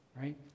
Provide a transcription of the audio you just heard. right